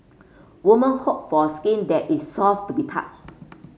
woman hope for skin that is soft to be touch